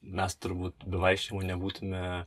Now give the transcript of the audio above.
mes turbūt be vaikščiojimo nebūtume